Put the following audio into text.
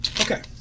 Okay